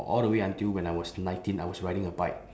all the way until when I was nineteen I was riding a bike